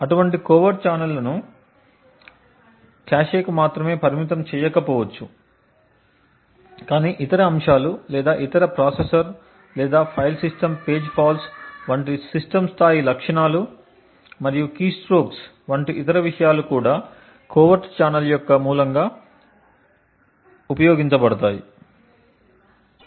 అటువంటి కోవెర్ట్ ఛానెల్లను కాష్కు మాత్రమే పరిమితం చేయకపోవచ్చు కాని ఇతర అంశాలు లేదా ఇతర ప్రాసెసర్ లేదా ఫైల్ సిస్టమ్ పేజీ ఫాల్ట్స్ వంటి సిస్టమ్ స్థాయి లక్షణాలు మరియు కీ స్స్ట్రోక్స్ వంటి ఇతర విషయాలు కూడా కోవెర్ట్ ఛానెల్ యొక్క మూలంగా ఉపయోగించబడతాయి